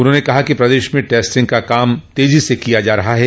उन्होंने कहा कि प्रदेश में टेस्टिंग का कार्य तेजी से किया जा रहा है